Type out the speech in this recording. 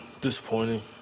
disappointing